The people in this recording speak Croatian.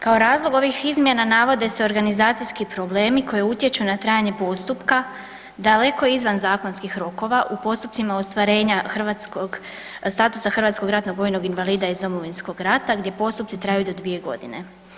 Kao razloga ovih izmjena navode se organizacijski problemi koji utječu na trajanje postupka daleko izvan zakonskih rokova u postupcima ostvarenja statusa hrvatskog ratnog vojnog invalida iz Domovinskog rata gdje postupci traju i do 2 godine.